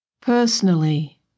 personally